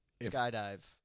Skydive